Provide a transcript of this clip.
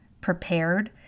prepared